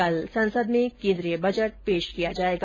कल संसद में केन्द्रीय बजट पेश किया जायेगा